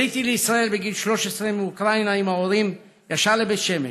עליתי לישראל בגיל 13 מאוקראינה עם ההורים ישר לבית שמש.